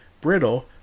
Brittle